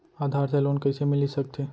आधार से लोन कइसे मिलिस सकथे?